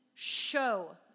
show